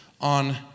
on